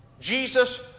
Jesus